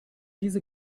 diese